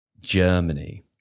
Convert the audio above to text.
Germany